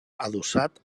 adossat